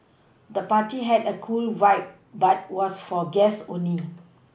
the party had a cool vibe but was for guests only